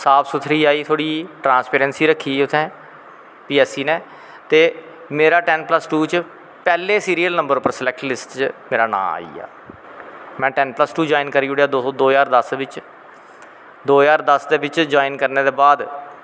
साफ सुथरी आई ट्रासपेरैंसी रक्खी उत्थैं पी ऐस सी नै ते मेरा टैन प्लस टू च पैह्ले सिरियल नंबर पर मेरा स्लैक्ट लिस्ट च नंबर आईया में टैन प्लस टू जवाईन करी ओड़ेआ दो ज्हार दस बिच्च दो ज्हार दस बिच्च जवाईन करनें दै बाद